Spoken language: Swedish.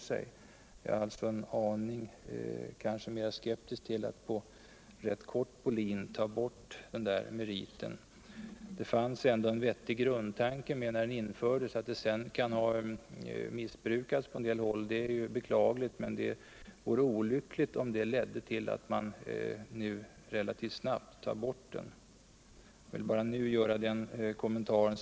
Jag är alltså en aning mer skeptisk än utbildningsministern till att med relativt kort varsel ta bort den meriten. Det fanns ändå en vettig grundtanke när den infördes. Det är beklagligt att det sedan kan ha missbrukats på en del häll, men det vore olyckligt om det ledde till att man retativt snabbt tar bort den. Jag vill redan nu göra den kommentaren.